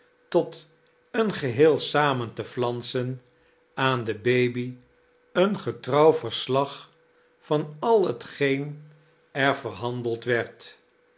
tot een geheel samen te flansen aan de baby een getrouw verslag van al hetgeen er verhandeld werd